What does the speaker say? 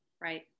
Right